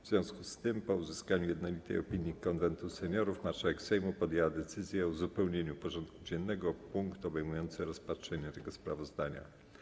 W związku z tym, po uzyskaniu jednolitej opinii Konwentu Seniorów, marszałek Sejmu podjęła decyzję o uzupełnieniu porządku dziennego o punkt obejmujący rozpatrzenie tego sprawozdania.